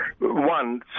One